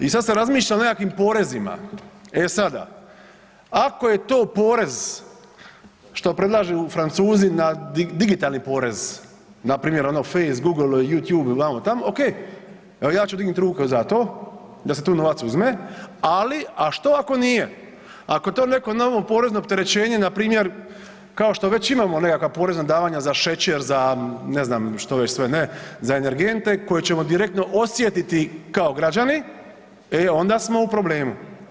I sada se razmišlja o nekakvim porezima, e sada ako je to porez što predlažu Francuzi, digitalni porez npr. ono Face, Google, YouTube vamo tamo, ok, evo ja ću dignuti ruku za to da se tu novac uzme, ali što ako nije, ako je neko novo porezno opterećenje npr. kao što već imamo nekakva porezna davanja za šećer za ne znam što već sve ne, za energente koje ćemo direktno osjetiti kao građani, e onda smo u problemu.